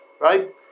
right